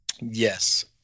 Yes